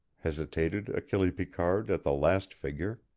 hesitated achille picard at the last figure.